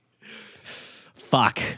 fuck